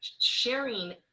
sharing